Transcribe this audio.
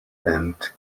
and